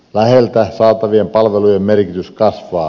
läheltä saatavien palvelujen merkitys kasvaa